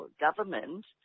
government